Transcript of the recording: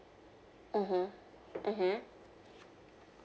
mmhmm mmhmm